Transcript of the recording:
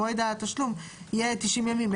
מועד התשלום יהיה 90 ימים,